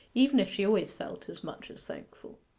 even if she always felt as much as thankful.